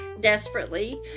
Desperately